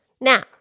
Now